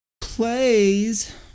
Plays